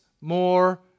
more